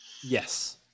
Yes